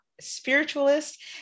spiritualist